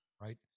right